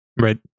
Right